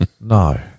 No